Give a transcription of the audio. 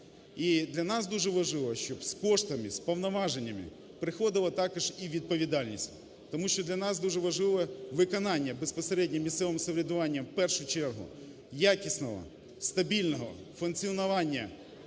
І для нас дуже важливо, щоб з коштами, з повноваженнями приходила також і відповідальність. Тому що для нас дуже важливо виконання безпосередньо місцевим самоврядуванням, в першу чергу, якісного, стабільного функціонування